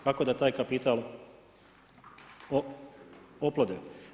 Kako da taj kapital oplode?